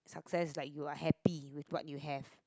success like you're happy with what you have